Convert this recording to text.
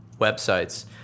websites